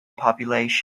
population